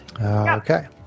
Okay